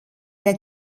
wir